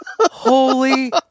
Holy